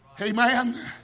amen